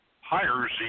hires